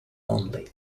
only